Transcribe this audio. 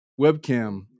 webcam